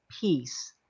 peace